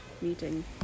meeting